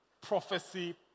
prophecy